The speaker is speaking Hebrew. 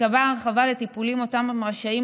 תיקבע הרחבה לטיפולים שאותם הם רשאים